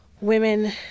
women